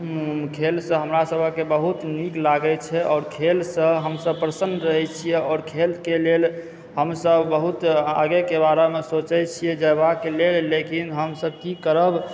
खेलसंँ हमरा सबहक बहुत नीक लागए छै आओर खेलसंँ हमसब प्रसन्न रहए छिऐ आओर खेलकेंँ लेल हमसब बहुत आगेके बारेमे सोचए छिऐ जेबाके लेल लेकिन हमसब की करब